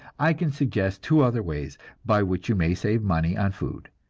i can suggest two other ways by which you may save money on food.